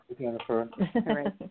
Jennifer